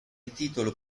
titolo